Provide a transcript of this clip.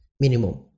Minimum